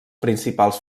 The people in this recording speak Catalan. principals